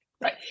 right